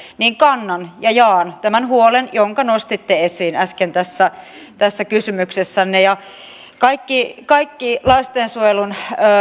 niin kannan ja jaan tämä huolen jonka nostitte esiin äsken tässä tässä kysymyksessänne kaikki kaikki lastensuojelun